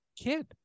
kid